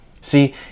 See